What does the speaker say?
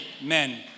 amen